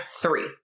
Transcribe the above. three